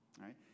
right